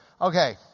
Okay